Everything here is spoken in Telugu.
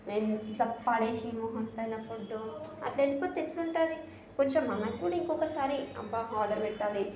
ఏం ఇట్లా పడేసి మొహం పైన ఫుడ్డు అట్లా వెళ్ళిపోతే ఎట్లా ఉంటుంది కొంచెం మనకి కూడా ఇంకొకసారి అబ్బా ఆర్డర్ పెట్టాలి